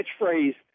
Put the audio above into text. catchphrase